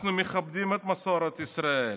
אנחנו מכבדים את מסורת ישראל.